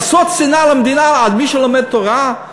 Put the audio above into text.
לעשות שנאה למדינה על מי שלומד תורה?